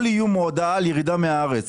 כל איום או הודעה על ירידה מהארץ,